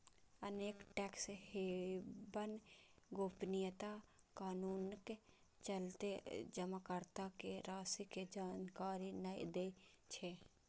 अनेक tax haven गोपनीयता कानूनक चलते जमाकर्ता के राशि के जानकारी नै दै छै